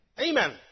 Amen